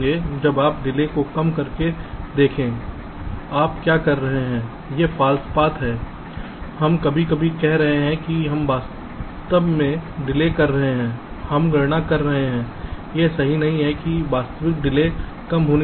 अब आप डिले को कम करके देखें आप क्या कर रहे हैं यह फॉल्स पाथ है हम कभी कभी कह रहे हैं कि हम वास्तव मेंडिले कर रहे हैं हम गणना कर रहे हैं यह सही नहीं है कि वास्तविक डिले कम होनी चाहिए